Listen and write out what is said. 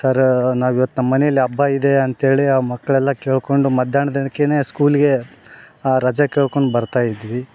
ಸರ ನಾವು ಇವತ್ತು ನಮ್ಮನೇಲಿ ಹಬ್ಬ ಇದೆ ಅಂತೇಳಿ ಆ ಮಕ್ಕಳ್ಯಾಲ್ಲ ಕೇಳ್ಕೊಂಡು ಮಧ್ಯಾಹ್ನ ದಿನಕ್ಕೇನೆ ಸ್ಕೂಲಿಗೆ ರಜ ಕೇಳ್ಕೊಂಡು ಬರ್ತಾಯಿದ್ವಿ